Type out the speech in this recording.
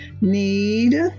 Need